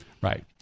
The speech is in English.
Right